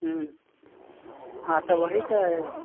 हँ तऽ वही तऽ